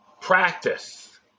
practice